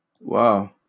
wow